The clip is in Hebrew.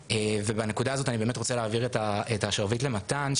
ובנקודה הזאת אני רוצה להעביר את השרביט למתן,